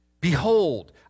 Behold